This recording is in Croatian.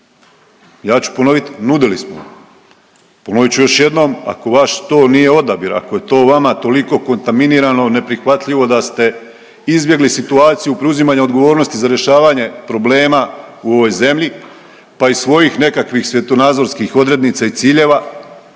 Ja ću ponovit, nudili smo vam. Ponovit ću još jednom, ako vaš to nije odabir, ako je to vama toliko kontaminirano, neprihvatljivo da ste izbjegli situaciju preuzimanja odgovornosti za rješavanje problema u ovoj zemlji pa iz svojih nekakvih svjetonazorskih odrednica i ciljeva,